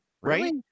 right